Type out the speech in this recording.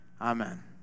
Amen